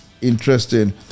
interesting